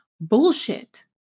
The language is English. bullshit